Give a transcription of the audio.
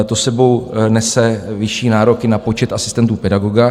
To s sebou nese vyšší nároky na počet asistentů pedagoga.